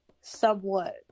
somewhat